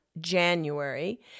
January